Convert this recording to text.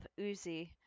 Uzi